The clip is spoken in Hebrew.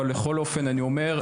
אבל לכל אופן אני אומר,